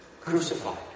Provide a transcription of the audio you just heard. crucified